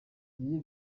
iyi